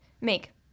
make